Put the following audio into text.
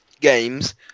games